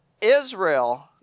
Israel